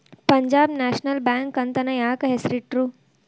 Punjab national bank ಅಂತನ ಯಾಕ್ ಹೆಸ್ರಿಟ್ರು?